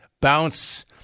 Bounce